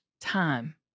time